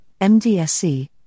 MDSC